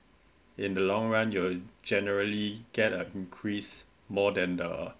in the long run you generally get an increase more than the